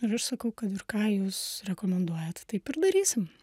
ir aš sakau kad ir ką jūs rekomenduojat taip ir darysim